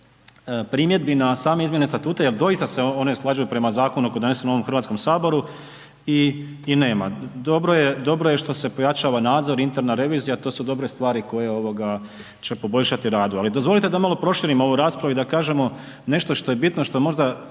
primjedbi na same izmjene Statuta jel doista se one slažu prema zakonu donesenom u ovom HS i nema, dobro je što se pojačava nadzor, interna revizija, to su dobre stvari koje će poboljšati radu. Ali dozvolite da malo proširim ovu raspravu i da kažemo nešto što je bitno, što možda